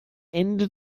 ende